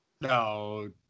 No